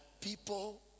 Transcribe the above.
people